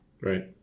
Right